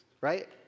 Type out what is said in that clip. Right